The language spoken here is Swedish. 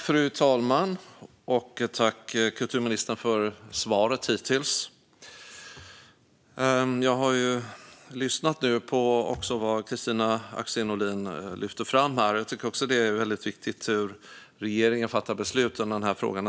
Fru talman! Tack, kulturministern, för svaret hittills! Jag har nu lyssnat på det som Kristina Axén Olin lyfte fram här, och jag tycker naturligtvis också att det är viktigt hur regeringen fattar beslut i frågan.